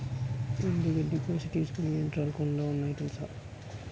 ఎండుగడ్డి కోసి తీసుకునే యంత్రాలుకూడా ఉన్నాయి తెలుసా?